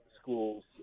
schools